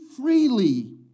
freely